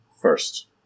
first